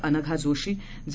अनघा जोशी जे